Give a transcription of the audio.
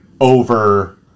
over